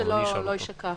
רק שלא יישכח.